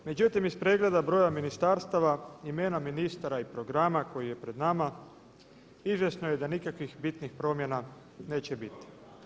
Međutim, iz pregleda broja ministarstava, imena ministara i programa koji je pred nama izvjesno je da nikakvih bitnih promjena neće biti.